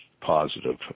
positive